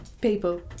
People